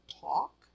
talk